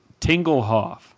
Tinglehoff